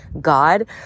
God